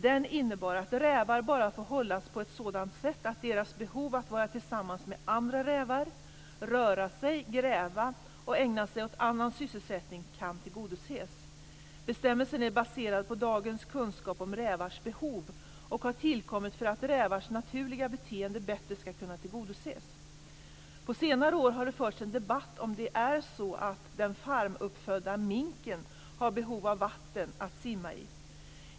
Den innebär att rävar bara får hållas på ett sådant sätt att deras behov av att vara tillsammans med andra rävar, röra sig, gräva och ägna sig åt annan sysselsättning kan tillgodoses. Bestämmelsen är baserad på dagens kunskap om rävars behov och har tillkommit för att rävars naturliga beteenden bättre skall kunna tillgodoses. På senare år har det förts en debatt om det är så att den farmuppfödda minken har behov av vatten att simma i.